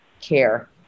care